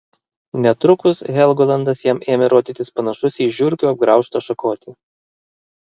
netrukus helgolandas jam ėmė rodytis panašus į žiurkių apgraužtą šakotį